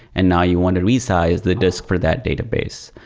and now you want to resize the disk for that database.